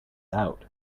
out